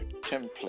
template